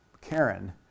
Karen